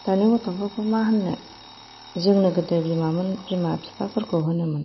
दानि गथ'फोरखौ मा होन्नो जोंनो गोदो बिमा बिफाफोरखौ होनोमोन